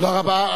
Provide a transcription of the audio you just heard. תודה רבה.